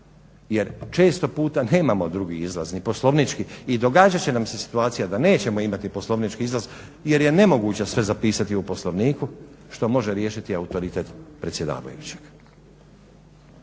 jer često puta nemamo drugi izlaz ni poslovnički i događat će nam se situacija da nećemo imati poslovnički izlaz jer je nemoguće sve zapisati u Poslovniku što može riješiti autoritet predsjedavajućeg.